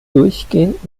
durchgehend